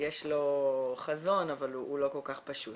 יש לו חזון אבל הוא לא כל כך פשוט.